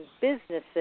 businesses